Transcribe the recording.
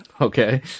okay